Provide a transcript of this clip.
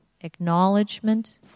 acknowledgement